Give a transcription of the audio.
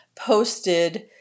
posted